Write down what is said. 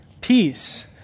peace